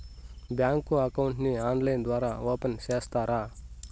Bank account ని online ద్వారా open సేస్తారా?